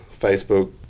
Facebook